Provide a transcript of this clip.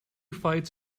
fights